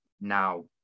now